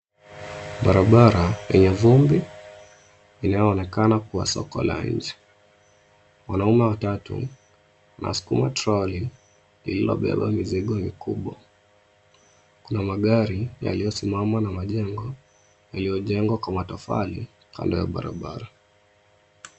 Barabara yenye vumbi inayoonekana kuwa soko la nje. Wanaume watatu wanasukuma trolley lililobeba mizigo mikubwa. Kuna magari yaliyosimama na majengo yaliyojengwa kwa matofali kando ya barabara.